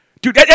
dude